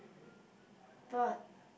but